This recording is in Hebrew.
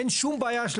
אין שום בעיה.